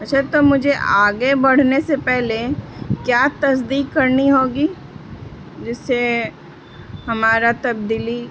اچھا تو مجھے آگے بڑھنے سے پہلے کیا تصدیق کرنی ہوگی جس سے ہمارا تبدیلی